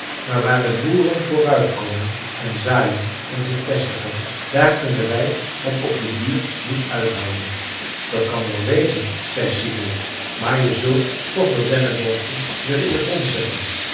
maar waar de boeren vooruit komen en zaaien en zich vestigen daar kunnen wij het op den duur niet uithouden dat kan wel wezen zei sigurd maar je zult toch dat denneboompje weer in den grond zetten